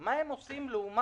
שהעובדים לא ילכו